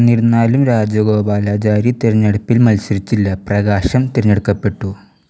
എന്നിരുന്നാലും രാജഗോപാലാചാരി തിരഞ്ഞെടുപ്പിൽ മത്സരിച്ചില്ല പ്രകാശം തിരഞ്ഞെടുക്കപ്പെട്ടു